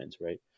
right